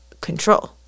control